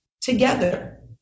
together